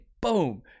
Boom